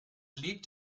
liegt